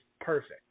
perfect